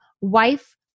wife